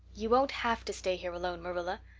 you won't have to stay here alone, marilla.